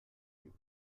feet